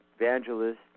evangelist